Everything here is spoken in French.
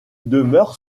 demeure